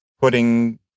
putting